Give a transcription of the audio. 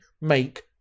make